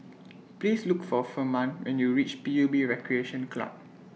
Please Look For Furman when YOU REACH P U B Recreation Club